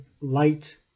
light